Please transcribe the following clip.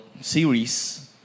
series